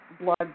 blood